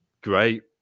Great